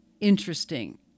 interesting